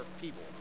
people